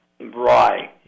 Right